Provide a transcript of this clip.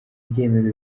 byemezo